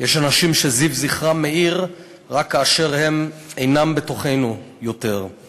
יש אנשים שזיו זכרם מאיר רק כאשר הם אינם בתוכנו יותר /